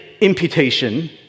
imputation